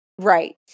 right